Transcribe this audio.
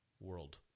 world